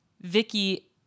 Vicky